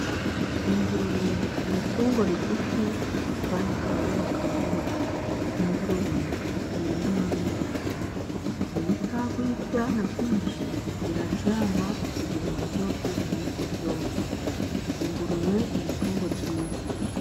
Ingurube ni itungo rigufi kandi ryororoka vuba. Ingurube ni inyamabere. Iyo ibwaguye ibyana byinshi, iraryama kugira ngo byose bibone uko byonka. Ingurube ni itungo ryiza.